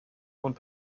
und